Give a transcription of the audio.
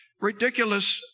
ridiculous